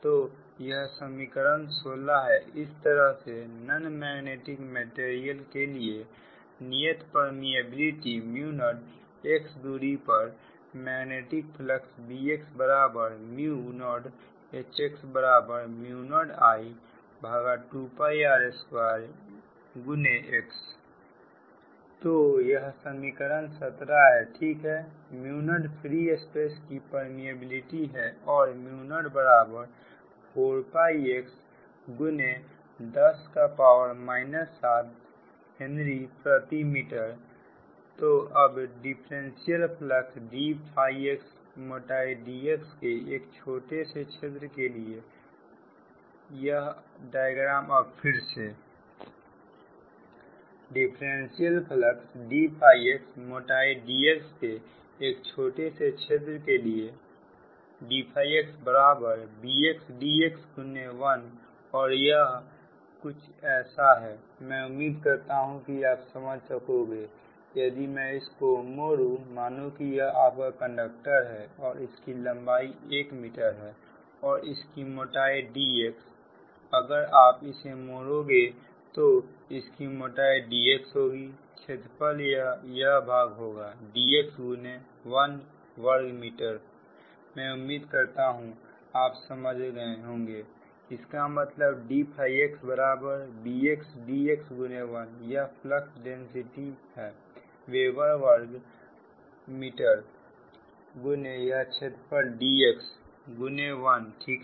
तो यह समीकरण 16 है इस तरह से नन मैग्नेटिक मैटेरियल के लिए नियत परमीबिलिटी 0x दूरी पर मैग्नेटिक फ्लक्स डेंसिटीBx0Hx0I2r2x तो यह समीकरण 17 है ठीक है 0 फ्री स्पेस की परमीबिलिटी और 04x 10 7हेनरी प्रति मीटर तो अब डिफरेंशियल फलक्स dxमोटाई d x के एक छोटे से क्षेत्र के लिएअब फिर से यह डायग्राम डिफरेंशियल फलक्स dx मोटाई dx के एक छोटे से क्षेत्र के लिए dx Bx dx ×1और यह कुछ ऐसा है मैं उम्मीद करता हूं कि आप समझ सकोगे यदि मैं इसको मोरू मानो कि यह आपका कंडक्टर है और इसकी लंबाई 1 मीटर है और इसकी मोटाई dx अगर आप इसे मारोगे तो इसकी मोटाई dx होगी क्षेत्रफल यह भाग होगा dx1 वर्ग मीटर मैं उम्मीद करता हूं आप समझ गए होंगे इसका मतलब dφx Bx dx ×1 यह फ्लक्स डेंसिटी है वेबर वर्ग मीटर गुने यह क्षेत्रपाल dx गुने 1 ठीक है